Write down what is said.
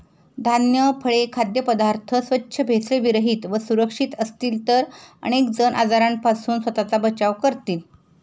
धान्य, फळे, खाद्यपदार्थ स्वच्छ, भेसळविरहित व सुरक्षित असतील तर अनेक जण आजारांपासून स्वतःचा बचाव करतील